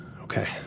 okay